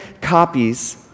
copies